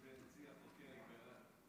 שלוש דקות, אדוני.